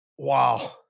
Wow